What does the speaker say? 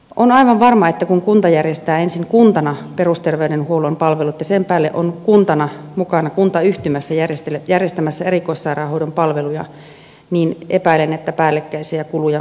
on aivan varma tai näin epäilen että kun kunta järjestää ensin kuntana perusterveydenhuollon palvelut ja sen päälle on kuntana mukana kuntayhtymässä järjestämässä erikoissairaanhoidon palveluja niin siitä on kunnille päällekkäisiä kuluja